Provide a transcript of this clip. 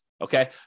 Okay